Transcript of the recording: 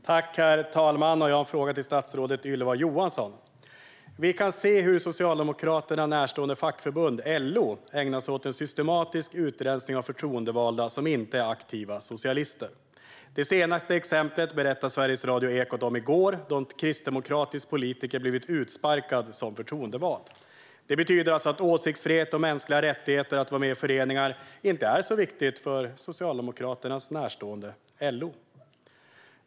Herr talman! Jag har en fråga till statsrådet Ylva Johansson. Vi kan se hur till Socialdemokraterna närstående fackförbund LO ägnar sig åt en systematisk utrensning av förtroendevalda som inte är aktiva socialister. Det senaste exemplet berättade Sveriges Radios Ekot om i går. En kristdemokratisk politiker har blivit utsparkad som förtroendevald. Det betyder alltså att åsiktsfrihet och mänskliga rättigheter att vara med i föreningar inte är så viktigt för Socialdemokraternas närstående LO.